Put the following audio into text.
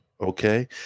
okay